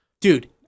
Dude